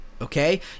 Okay